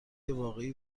واقعی